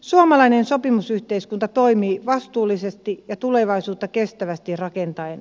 suomalainen sopimusyhteiskunta toimii vastuullisesti ja tulevaisuutta kestävästi rakentaen